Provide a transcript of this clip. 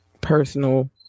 personal